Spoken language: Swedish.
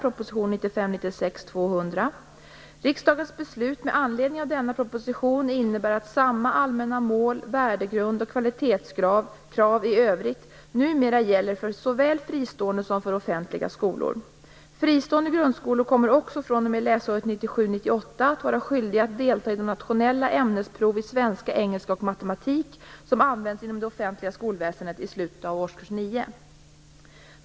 Riksdagens beslut med anledning av denna proposition innebär att samma allmänna mål, värdegrund och kvalitetskrav i övrigt numera gäller såväl för fristående som för offentliga skolor. Fristående grundskolor kommer också fr.o.m. läsåret 1997/98 att vara skyldiga att delta i de nationella ämnesprov i svenska, engelska och matematik som används inom det offentliga skolväsendet i slutet av årskurs 9.